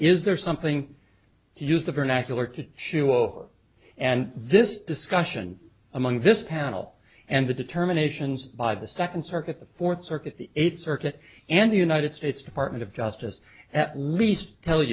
is there something to use the vernacular to shew over and this discussion among this panel and the determinations by the second circuit the fourth circuit the eighth circuit and the united states department of justice at least tell